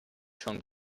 schon